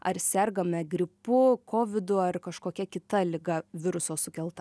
ar sergame gripu kovidu ar kažkokia kita liga viruso sukelta